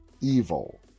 evil